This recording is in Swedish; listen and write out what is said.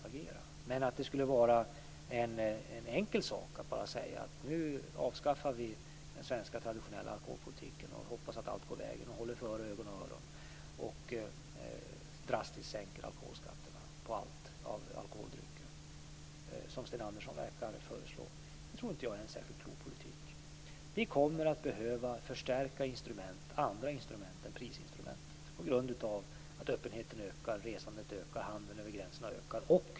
Sten Andersson verkar föreslå, och tycker att det skulle vara en enkel sak att bara säga att vi avskaffar den traditionella svenska alkoholpolitiken, hoppas att allt går vägen, håller för ögon och öron och sänker drastiskt skatterna på alla alkoholdrycker. Det tror inte jag är en särskilt klok politik. Vi kommer att behöva förstärka andra instrument än prisinstrumentet på grund av att öppenheten, resandet och handeln över gränserna ökar.